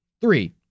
Three